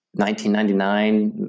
1999